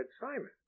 Simon